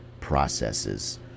processes